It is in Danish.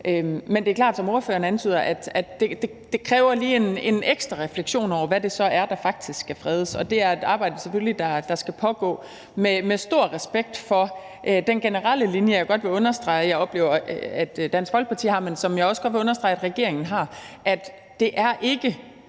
Men det er klart, som ordføreren antyder, at det lige kræver en ekstra refleksion over, hvad det så er, der faktisk skal fredes. Det er et arbejde, der selvfølgelig skal pågå med stor respekt for den generelle linje, som jeg godt vil understrege at jeg oplever at Dansk Folkeparti har, men som jeg også godt vil understrege at regeringen har. Jeg tror,